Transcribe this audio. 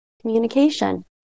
communication